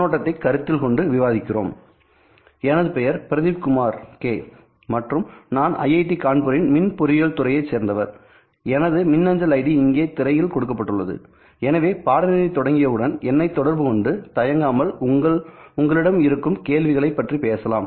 கண்ணோட்டத்தை கருத்தில் கொண்டு விவாதிக்கிறோம்எனது பெயர் பிரதீப் குமார் கே மற்றும் நான் IIT கான்பூரின் மின் பொறியியல் துறையைச் சேர்ந்தவர் எனது மின்னஞ்சல் ஐடி இங்கே திரை கொடுக்கப்பட்டுள்ளது எனவே பாடநெறி தொடங்கியவுடன் என்னை தொடர்பு கொண்டு தயங்காமல் உங்களிடம் இருக்கும் கேள்விகளைப் பற்றி பேசலாம்